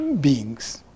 beings